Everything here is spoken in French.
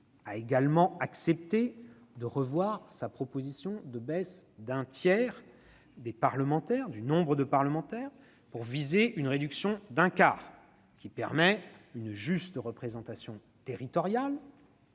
la République a accepté de revoir sa proposition de baisse d'un tiers du nombre de parlementaires pour viser une réduction d'un quart, qui permet une juste représentation territoriale